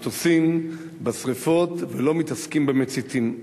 במטוסים, בשרפות, ולא מתעסקים במציתים.